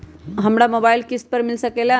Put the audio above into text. हमरा मोबाइल किस्त पर मिल सकेला?